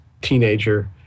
teenager